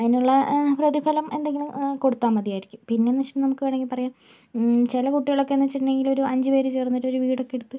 അതിനുള്ള പ്രതിഫലം എന്തെങ്കിലും കൊടുത്താൽ മതിയായിരിക്കും പിന്നെയെന്ന് വെച്ചിട്ടുണ്ടെങ്കിൽ നമുക്ക് വേണമെങ്കിൽ പറയാം ചില കുട്ടികളൊക്കെയെന്ന് വെച്ചിട്ടുണ്ടെങ്കിൽ ഒരു അഞ്ചു പേർ ചേർന്നിട്ട് ഒരു വീടൊക്കെ എടുത്ത്